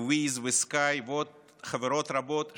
waze וסקייפ ועוד חברות רבות,